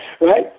Right